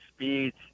Speeds